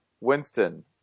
Winston